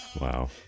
Wow